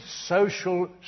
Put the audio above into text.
social